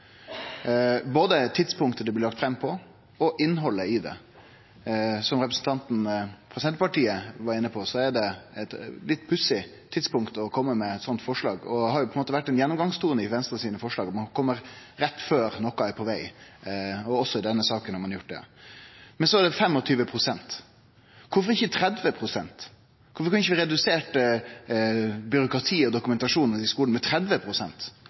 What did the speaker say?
både tidspunktet det blir lagt fram på, og innhaldet i det. Som representanten frå Senterpartiet var inne på, er det eit litt pussig tidspunkt å kome med eit sånt forslag på. Det har på ein måte vore ein gjennomgangstone med Venstres forslag at ein kjem rett før noko er på veg. Også i denne saka har ein gjort det. Så er det 25 pst. Kvifor ikkje 30 pst.? Kvifor kunne vi ikkje redusert byråkratiet og dokumentasjonen i skolen med